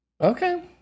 Okay